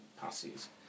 passes